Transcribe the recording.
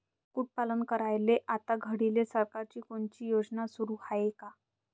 कुक्कुटपालन करायले आता घडीले सरकारची कोनची योजना सुरू हाये का?